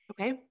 Okay